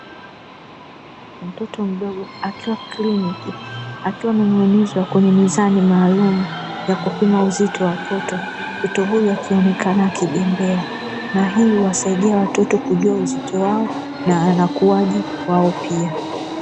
Mtoto mdogo akiwa kliniki, akiwa amening'inizwa kwenye mizani maalumu, ya kupima uzito watoto, mtoto huyu akionekana akibembea, na hii huwadaidia watoto kujua uzito wao na anakuaje na kwao pia.